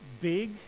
big